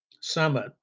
summit